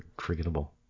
forgettable